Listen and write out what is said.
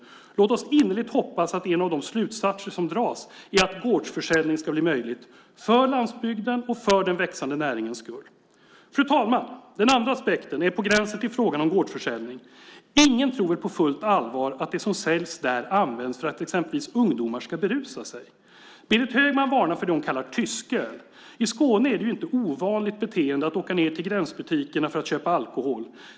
Låt oss innerligt hoppas att en av de slutsatser som dras är att gårdsförsäljning ska bli möjlig för landsbygdens och för den växande näringens skull. Fru talman! Den andra aspekten ligger på gränsen till frågan om gårdsförsäljning. Ingen tror väl på fullt allvar att det som säljs där används för att exempelvis ungdomar ska berusa sig. Berit Högman varnar för det hon kallar tysköl. I Skåne är det inte ett ovanligt beteende att åka ned till gränsbutikerna för att köpa alkohol.